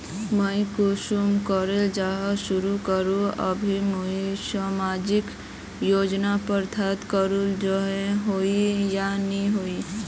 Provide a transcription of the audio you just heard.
मुई कुंसम करे जाँच करूम की अभी मुई सामाजिक योजना प्राप्त करवार योग्य होई या नी होई?